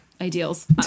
ideals